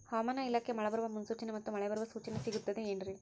ಹವಮಾನ ಇಲಾಖೆ ಮಳೆ ಬರುವ ಮುನ್ಸೂಚನೆ ಮತ್ತು ಮಳೆ ಬರುವ ಸೂಚನೆ ಸಿಗುತ್ತದೆ ಏನ್ರಿ?